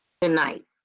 tonight